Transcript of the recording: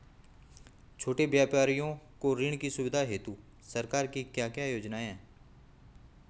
छोटे व्यापारियों को ऋण की सुविधा हेतु सरकार की क्या क्या योजनाएँ हैं?